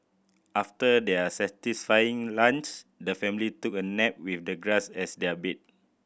after their satisfying lunch the family took a nap with the grass as their bed